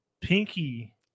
Pinky